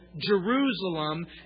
Jerusalem